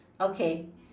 okay